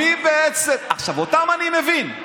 עכשיו, אותם אני מבין.